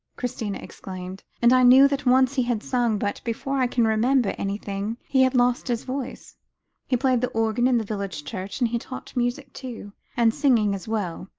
christina exclaimed. and i knew that once he had sung, but before i can remember anything he had lost his voice he played the organ in the village church, and he taught music, too, and singing as well.